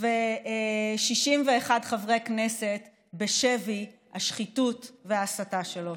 ו-61 חברי כנסת בשבי השחיתות וההסתה שלו.